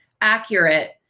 accurate